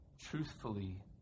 truthfully